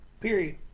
Period